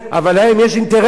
אבל להם יש אינטרס,